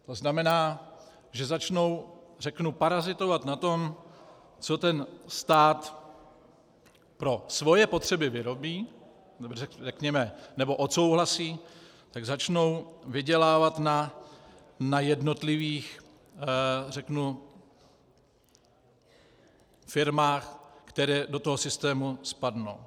To znamená, že začnou, řeknu, parazitovat na tom, co stát pro svoje potřeby vyrobí, nebo řekněme odsouhlasí, tak začnou vydělávat na jednotlivých, řeknu, firmách, které do toho systému spadnou.